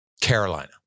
Carolina